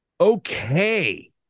okay